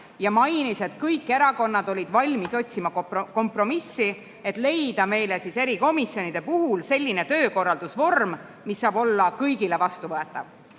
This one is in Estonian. ja mainis, et kõik erakonnad olid valmis otsima kompromissi, et leida meile erikomisjonide puhul selline töökorraldusvorm, mis oleks kõigile vastuvõetav.